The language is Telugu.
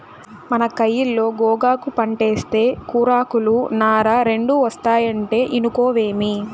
మన కయిలో గోగాకు పంటేస్తే కూరాకులు, నార రెండూ ఒస్తాయంటే ఇనుకోవేమి